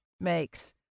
makes